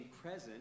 present